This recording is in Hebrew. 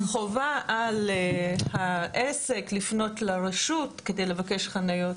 החובה על העסק לפנות לרשות כדי לבקש חניות